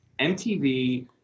MTV